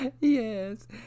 Yes